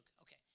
okay